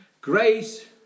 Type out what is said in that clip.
Grace